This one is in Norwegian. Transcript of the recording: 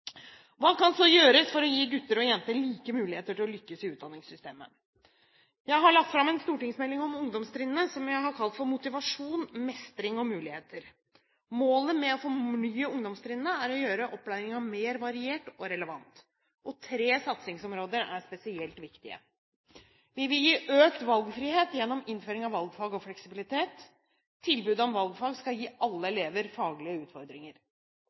Hva kan så gjøres for å gi gutter og jenter like muligheter til å lykkes i utdanningssystemet? Jeg har lagt fram en stortingsmelding om ungdomstrinnet, som jeg har kalt for Motivasjon – Mestring – Muligheter, Meld. St. 22 for 2010–2011. Målet med å fornye ungdomstrinnet er å gjøre opplæringen mer variert og relevant. Tre satsingsområder er spesielt viktige: Vi vil gi økt valgfrihet gjennom innføring av valgfag og fleksibilitet. Tilbudet om valgfag skal gi alle elever faglige utfordringer.